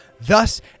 Thus